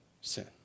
sin